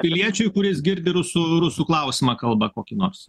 piliečiui kuris girdi rusų rusų klausimą kalba kokį nors